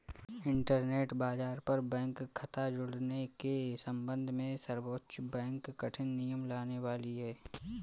internet बाज़ार पर bank खता जुड़ने के सम्बन्ध में सर्वोच्च बैंक कठिन नियम लाने वाली है